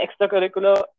extracurricular